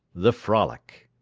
the frolic.